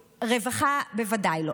רווחה, בוודאי לא.